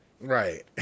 Right